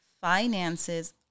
finances